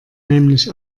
nämlich